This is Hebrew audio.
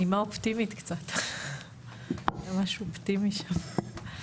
קצת נימה אופטימית, ממש אופטימי שם.